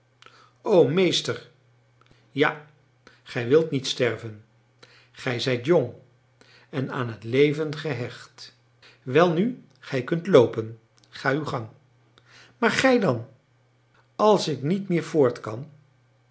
o meester ja gij wilt niet sterven gij zijt jong en aan het leven gehecht welnu gij kunt loopen ga uw gang maar gij dan als ik niet meer voort kan